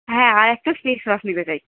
হ্যাঁ আর একটা ফেসওয়াশ নিতে চাই